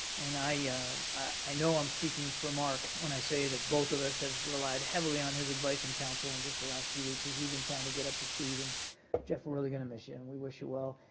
and i know i'm speaking for mark when i say that both of us have relied heavily on his advice and counsel in just the last few weeks as we've been trying to get up to speed. and jeff, we're really going to miss you and we wish you well.